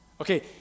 Okay